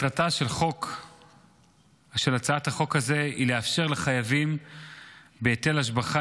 מטרתה של הצעת חוק זו היא לאפשר לחייבים בהיטל השבחה